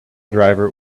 driver